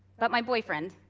but my boyfriend,